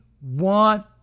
want